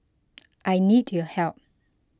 I need your help